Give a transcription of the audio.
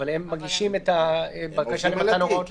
אבל הם מגישים את הבקשה למתן הוראות לבית משפט.